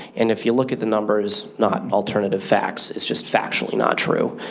and if you look at the numbers, not alternative facts, it's just factually not true,